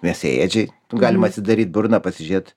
mėsėėdžiai galima atsidaryt burną pasižiūrėt